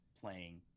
playing